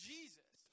Jesus